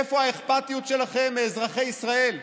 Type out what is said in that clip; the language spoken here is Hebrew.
איפה האכפתיות שלכם לאזרחי ישראל?